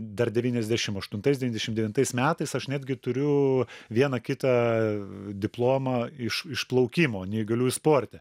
dar devyniasdešim aštuntais devyniasdešim devintais metais aš netgi turiu vieną kitą diplomą iš iš plaukimo neįgaliųjų sporte